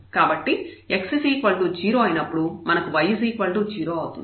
కాబట్టి x 0 అయినప్పుడు మనకు y 0 అవుతుంది